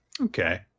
okay